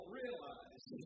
realize